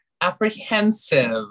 apprehensive